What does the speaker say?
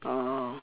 orh